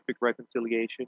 reconciliation